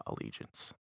allegiance